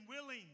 willing